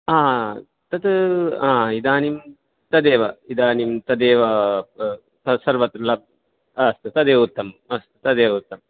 आ तत् हा इदनीं तदेव इदानीं तदेव सर्वत्र लब् तदेव उत्तमं तदेव उत्तमम्